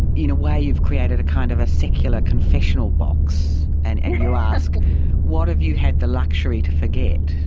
in a way you've created a kind of a secular confessional box and and you ask what have you had the luxury to forget?